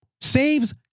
saves